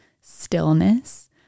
stillness